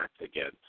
again